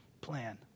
plan